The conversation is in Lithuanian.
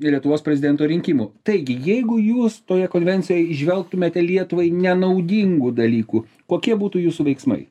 lietuvos prezidento rinkimų taigi jeigu jūs toje konvencijoj įžvelgtumėte lietuvai nenaudingų dalykų kokie būtų jūsų veiksmai